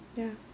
ya